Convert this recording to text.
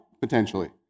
potentially